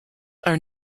are